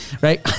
right